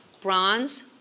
Bronze